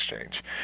Exchange